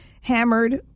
hammered